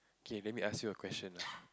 okay then we ask you a question lah